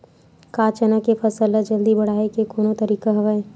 का चना के फसल ल जल्दी बढ़ाये के कोनो तरीका हवय?